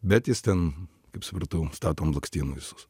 bet jis ten kaip supratau stato ant blakstienų visus